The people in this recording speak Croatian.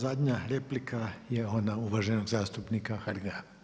Zadnja replika je ona uvaženog zastupnika Hrga.